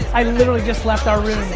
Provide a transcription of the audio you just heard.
i literally just left our room,